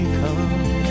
come